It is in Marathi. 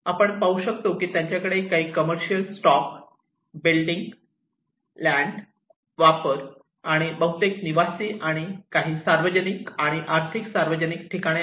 आपण पाहू शकता की त्यांच्याकडे काही कमर्शियल स्टॉप बिल्डिंग लँड वापर आणि बहुतेक निवासी आणि काही सार्वजनिक आणि अर्ध सार्वजनिक ठिकाणे आहेत